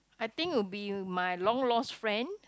I think would be my long lost friend